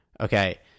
okay